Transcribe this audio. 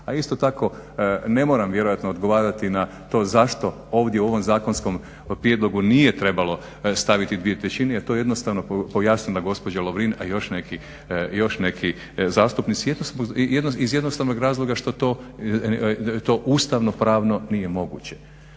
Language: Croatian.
a isto tako ne moram vjerojatno odgovarati na to zašto ovdje u ovom zakonskom prijedlogu nije trebalo staviti dvije trećine, jer je to jednostavno pojasnila gospođa Lovrin, a i još neki zastupnici iz jednostavnog razloga što to ustavno-pravno nije moguće.